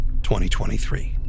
2023